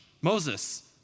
Moses